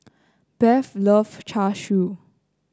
Beth loves Char Siu